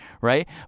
Right